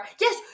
Yes